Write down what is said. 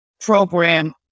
program